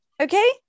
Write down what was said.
okay